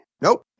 nope